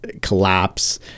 collapse